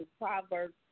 Proverbs